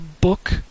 book